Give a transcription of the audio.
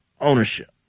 ownership